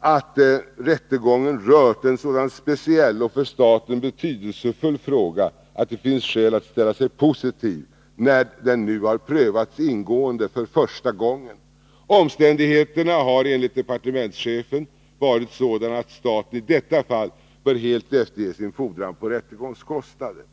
att rättegången rört en sådan speciell och för staten betydelsefull fråga att det fanns skäl att ställa sig positiv, när den nu har prövats ingående för första gången. Omständigheterna har enligt departementschefen varit sådana att staten i detta fall bör helt efterge sin fordran på rättegångskostnader.